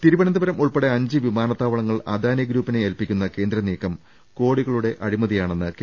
തിരുവനന്തപുരം ഉൾപ്പെടെ അഞ്ച് വിമാനത്താവളങ്ങൾ അദാനി ഗ്രൂപ്പിന് ഏൽപ്പിക്കുന്ന കേന്ദ്രനീക്കം കോടികളുടെ അഴിമതിയാ ണെന്ന് കെ